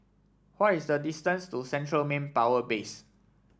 what is the distance to Central Manpower Base